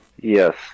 Yes